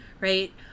right